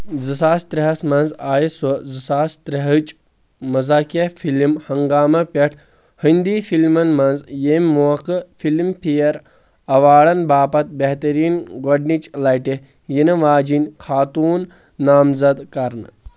زٕ ساس ترٛیہَس منٛز آیہِ سۄ زٕ ساس ترٛےٚ ہٕچ مَزاکیا فِلِم ہَنگاما پیٹھ ہِندی فلِمَن منٛز ییٚمۍ موقعہٕ فِلم فیر ایواڈَن باپتھ بہتَریٖن گۄڈنِچ لٹہِ یِنہِ واجینۍ خاتوٗن نام زد کَرنہٕ